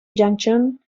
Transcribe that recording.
junction